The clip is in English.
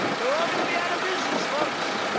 they're all gonna be out of business, folks.